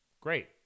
great